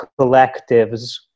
collectives